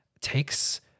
takes